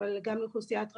אבל גם לאוכלוסיית רווחה.